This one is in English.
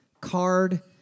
card